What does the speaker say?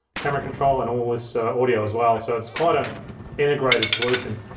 camera control, and all this audio as well, so it's quite a integrated solution.